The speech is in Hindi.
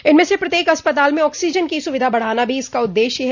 इनमें से प्रत्येक अस्पताल में ऑक्सीजन को सुविधा बढ़ाना भी इसका उद्देश्य ह